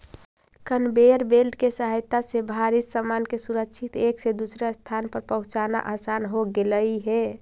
conveyor belt के सहायता से भारी सामान के सुरक्षित एक से दूसर स्थान पर पहुँचाना असान हो गेलई हे